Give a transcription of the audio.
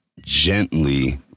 gently